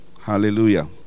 Hallelujah